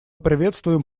приветствуем